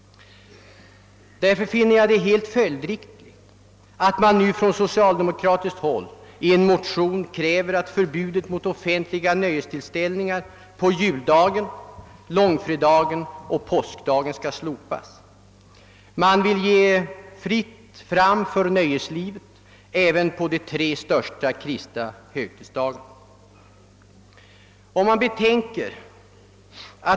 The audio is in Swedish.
Jag finner det därför helt följdriktigt att man nu från socialdemokratiskt håll i motioner kräver att förbudet mot offentliga nöjestillställningar på juldagen, långfredagen och påskdagen skall slopas. Man vill ge fritt fram för nöjeslivet även på de tre största kristna högtidsdagarna.